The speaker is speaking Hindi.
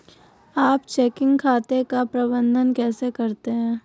आप चेकिंग खाते का प्रबंधन कैसे करते हैं?